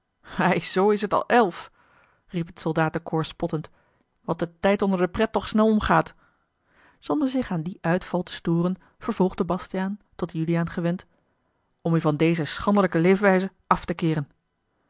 ei z is t al elf riep het soldatenkoor spottend wat de tijd onder de pret toch snel omgaat zonder zich aan dien uitval te storen vervolgde bastiaan tot juliaan gewend om u van deze schandelijke leefwijze af te keeren